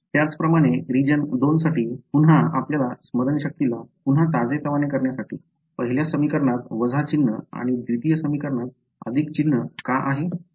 त्याचप्रमाणे रिजन २ साठी पुन्हा आपल्या स्मरणशक्तीला पुन्हा ताजेतवाने करण्यासाठी पहिल्या समीकरणात वजा चिन्ह आणि द्वितीय समीकरणात अधिक चिन्ह का आहे